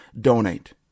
donate